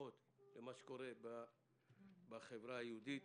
לפחות למה שקורה בחברה היהודית.